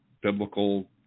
biblical